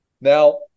Now